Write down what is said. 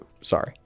Sorry